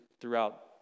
throughout